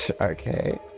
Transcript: Okay